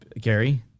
Gary